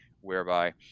whereby